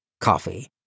Coffee